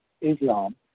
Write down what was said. islam